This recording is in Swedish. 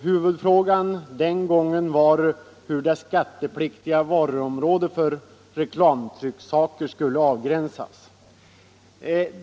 Huvudfrågan den gången var hur det skattepliktiga varuområdet för reklamtrycksaker skulle avgränsas.